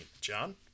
John